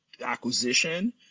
acquisition